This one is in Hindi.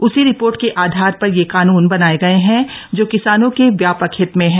उसी रिपोर्ट के आधार पर यह कानून बनाये गये हैं जो किसानों के व्यापक हित में हैं